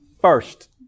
first